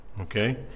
okay